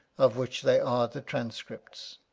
of which they are the transcripts.